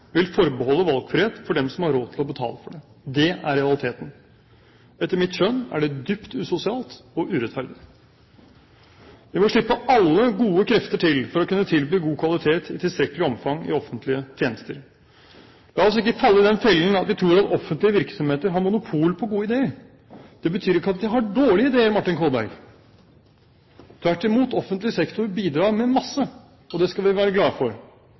vil forbeholde valgfrihet for dem som har råd til å betale for det. Det er i realiteten etter mitt skjønn dypt usosialt og urettferdig. Vi må slippe alle gode krefter til for å kunne tilby god kvalitet i tilstrekkelig omfang i offentlige tjenester. La oss ikke falle i den fellen at vi tror at offentlige virksomheter har monopol på gode ideer. Det betyr ikke at de har dårlige ideer. Tvert imot, offentlig sektor bidrar med masse. Det skal vi være glad for.